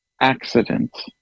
accidents